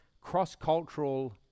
cross-cultural